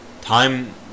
time